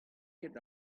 ket